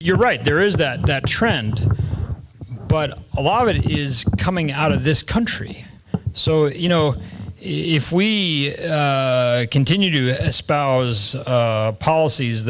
you're right there is that that trend but a lot of it is coming out of this country so you know if we continue to dispose policies